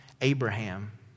Abraham